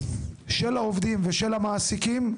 של העובדים ושל המעסיקים,